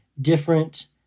different